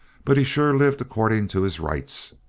but he's sure lived according to his rights.